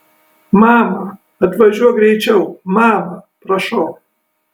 mama atvažiuok greičiau mama prašau